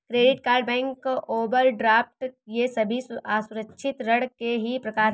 credit card bank overdraft ये सभी असुरक्षित ऋण के ही प्रकार है